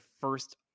first